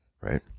right